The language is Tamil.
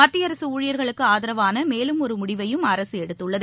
மத்திய அரசு ஊழியர்களுக்கு ஆதரவான மேலும் ஒரு முடிவையும் அரசு எடுத்துள்ளது